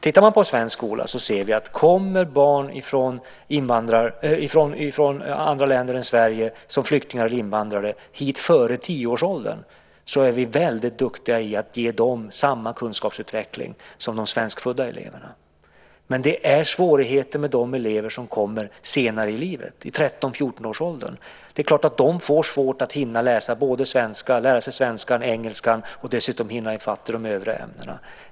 När det gäller barn som kommer hit från andra länder som flyktingar eller invandrare före 10-årsåldern är vi i Sverige väldigt duktiga på att ge dem samma kunskapsutveckling som de svenskfödda eleverna. Men det är svårigheter med de elever som kommer senare i livet, i 13-14-årsåldern. Det är klart att de får svårt att hinna lära sig svenska och engelska och dessutom hinna i fatt i de övriga ämnena.